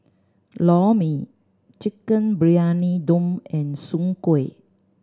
Lor Mee Chicken Briyani Dum and soon kway